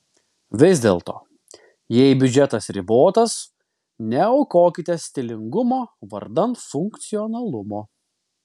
vis dėlto jei biudžetas ribotas neaukokite stilingumo vardan funkcionalumo